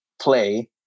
play